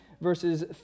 verses